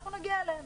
אנחנו נגיע אליהם,